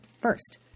First